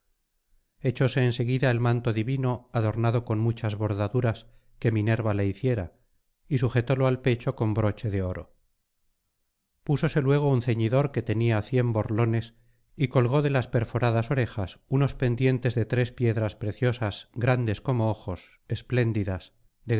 echóse en seguida el manto divino adornado con muchas bordaduras que minerva le hiciera y sujetólo al pecho con broche de oro púsose luego un ceñidor que tenía cien borlones y colgó de las perforadas orejas unos pendientes de tres piedras preciosas grandes como ojos espléndidas